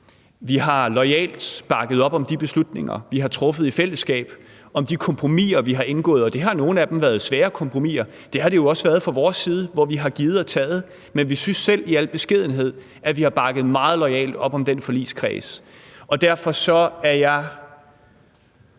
Vi har loyalt bakket op om de beslutninger, vi har truffet i fællesskab, om de kompromiser, vi har indgået, og det har med nogle af dem været svære kompromiser – det har det jo også været set fra vores side – hvor vi har givet og taget, men vi synes selv i al beskedenhed, at vi har bakket meget loyalt op om den forligskreds. Derfor er jeg